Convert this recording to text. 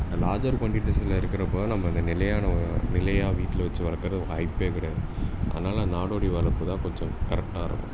larger க்வாண்டிட்டிஸில் இருக்கிறப்போ நம்ம இந்த நிலையான நிலையாக வீட்டில் வச்சு வளர்க்கறதுக்கு வாய்ப்பே கிடையாது அதனால் நாடோடி வளர்ப்பு தான் கொஞ்சம் கரெக்டாக இருக்கும்